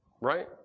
right